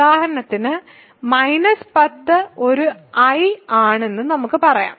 ഉദാഹരണത്തിന് 10 ഒരു I ആണെന്ന് നമുക്ക് പറയാം